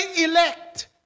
elect